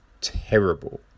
terrible